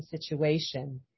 situation